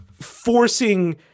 forcing